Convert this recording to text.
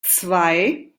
zwei